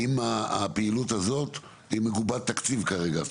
האם הפעילות הזאת מגובית תקציב כרגע?